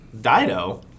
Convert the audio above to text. Dido